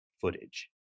footage